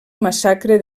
massacre